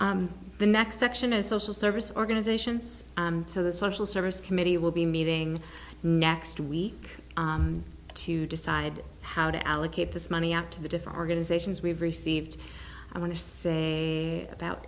two the next section is social service organizations and so the social service committee will be meeting next week to decide how to allocate this money up to the different organizations we've received i want to say about